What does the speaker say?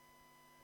אחת.